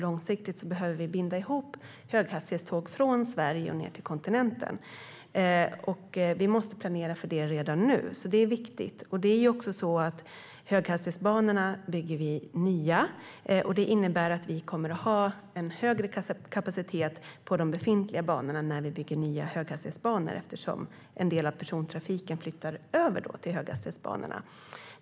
Långsiktigt behöver vi binda ihop höghastighetståg från Sverige ned till kontinenten, och vi måste planera för det redan nu. Det är viktigt. Det är också så att vi bygger nya höghastighetsbanor, vilket innebär att vi kommer att få en högre kapacitet på de befintliga banorna. En del av persontrafiken flyttar nämligen över till höghastighetsbanorna.